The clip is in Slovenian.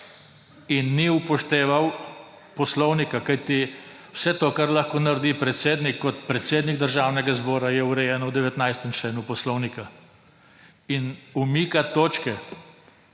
In ni upošteval poslovnika, kajti vse to, kar lahko naredi predsednik kot predsednik Državnega zbora, je urejeno v 19. členu poslovnika. In umikati točke,